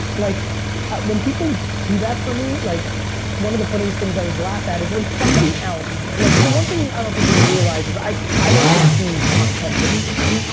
like when people do that for me like one of the funniest things i was laughed at is when somebody else, look, so one thing i don't think people realize is i i don't consume content from people.